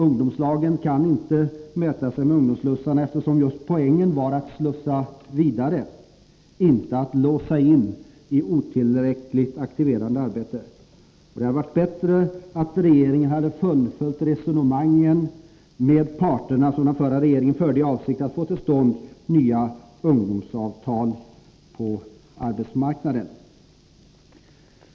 Ungdomslagen kan inte mäta sig med ungdomsslussarna, eftersom poängen just var att slussa vidare, inte att ”låsa in” i otillräckligt aktiverande arbeten. Det hade varit bättre att regeringen hade fullföljt de resonemang med parterna som den förra regeringen förde i avsikt att få till stånd nya ungdomsavtal på arbetsmarknaden.